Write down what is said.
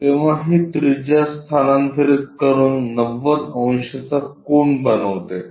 तेव्हा ती त्रिज्या स्थानांतरित करून 90 अंशाचा कोन बनवते